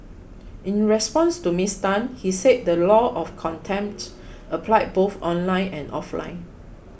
in response to Miss Tan he said the law of contempt applied both online and offline